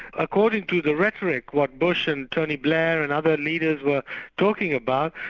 according to the rhetoric what bush and tony blair and other leaders were talking about,